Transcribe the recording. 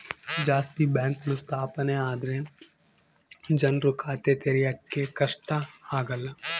ಜಾಸ್ತಿ ಬ್ಯಾಂಕ್ಗಳು ಸ್ಥಾಪನೆ ಆದ್ರೆ ಜನ್ರು ಖಾತೆ ತೆರಿಯಕ್ಕೆ ಕಷ್ಟ ಆಗಲ್ಲ